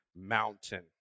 mountain